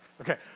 okay